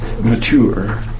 mature